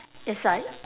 is like